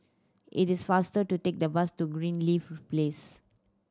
it is faster to take the bus to Greenleaf Place